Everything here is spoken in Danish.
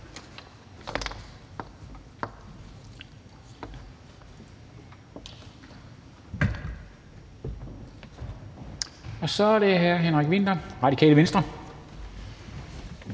Så er det hr. Henrik Vinther, Radikale Venstre.